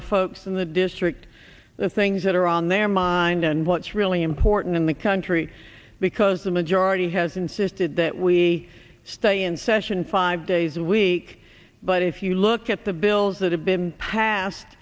the folks in the district the things that are on their mind and what's really important in the country because the majority has insisted that we stay in session five days a week but if you look at the bills that have been passed